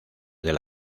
del